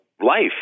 life